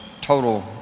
total